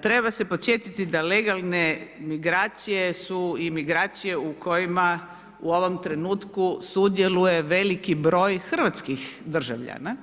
Treba se podsjetiti da legalne migracije su i migracije u kojima u ovom trenutku sudjeluje veliki broj hrvatskih državljana